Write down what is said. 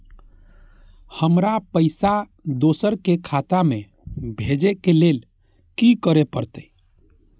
हमरा पैसा दोसर के खाता में भेजे के लेल की करे परते?